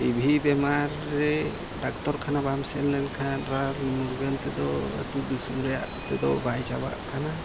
TV ᱵᱤᱢᱟᱨ ᱨᱮ doctor ᱠᱷᱟᱱᱟ ᱵᱟᱢ ᱥᱮᱱ ᱞᱮᱱᱠᱷᱟᱱ ᱨᱟᱱ ᱢᱩᱨᱜᱟᱹᱱ ᱛᱮᱫᱚ ᱟᱹᱛᱩ ᱫᱤᱥᱚᱢ ᱨᱮᱭᱟᱜ ᱛᱮᱫᱚ ᱵᱟᱭ ᱪᱟᱵᱟᱜ ᱠᱟᱱᱟ